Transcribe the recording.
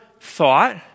thought